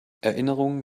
erinnerungen